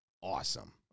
awesome